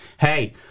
Hey